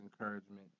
encouragement